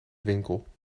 winkel